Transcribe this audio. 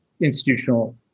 institutional